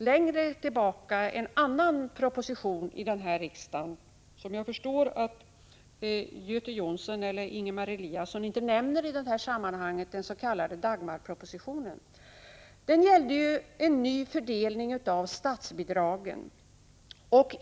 Längre tillbaka i tiden behandlades i denna riksdag en annan proposition, som jag förstår att Göte Jonsson och Ingemar Eliasson inte nämner i detta sammanhang, nämligen den s.k. Dagmarpropositionen. Den gällde en ny fördelning av statsbidragen.